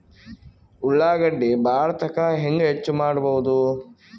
ಉಳ್ಳಾಗಡ್ಡಿ ಬಾಳಥಕಾ ಹೆಂಗ ಹೆಚ್ಚು ಮಾಡಬಹುದು?